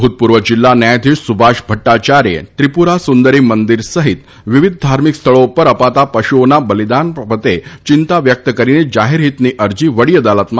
ભૂતપૂર્વ જિલ્લા ન્યાયાધીશ સુભાષ ભદ્દાયાર્થે ત્રિપુરા સુંદરી મંદિર સહિત વિવિધ ધાર્મિકસ્થળો ઉપર અપાતા પશુઓના બલિદાન બાબતે ચિંતા વ્યક્ત કરીને જાહેરહિતની અરજી વડી અદાલતમાં કરી હતી